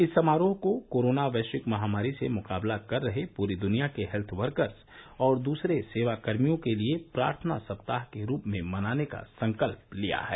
इस समारोह को कोरोना वैश्विक महामारी से मुकाबला कर रहे पूरी दुनिया के हेल्थ वर्कर्स और दूसरे सेवाकर्मियों के लिए प्रार्थना सप्ताह के रुप में मनाने का संकल्प लिया है